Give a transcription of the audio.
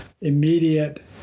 immediate